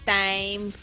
time